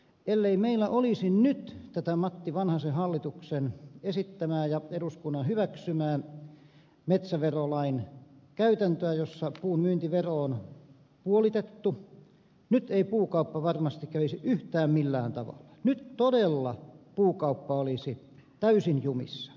ellei meillä olisi nyt tätä matti vanhasen hallituksen esittämää ja eduskunnan hyväksymää metsäverolain käytäntöä jossa puun myyntivero on puolitettu nyt ei puukauppa varmasti kävisi yhtään millään tavalla nyt todella puukauppa olisi täysin jumissa